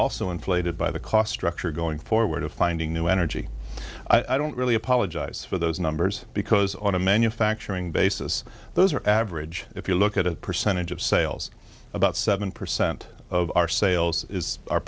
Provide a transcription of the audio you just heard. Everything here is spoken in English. also inflated by the cost structure going forward of finding new energy i don't really apologize for those numbers because on a manufacturing basis those are average if you look at a percentage of sales about seven percent of our sales is